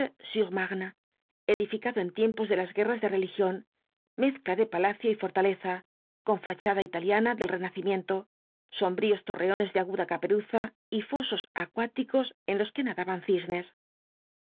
villeblanche sur ma rne edificado en tiempos de las guerras de religión mezcla de palacio y fortaleza con fachada italiana del renacimiento sombríos torreones de aguda caperuza y fosos acuáticos en los que nadaban cisnes